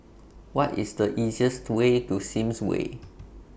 What IS The easiest Way to Sims Way